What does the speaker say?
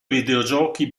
videogiochi